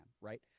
right